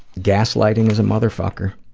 gaslighting is a motherfucker.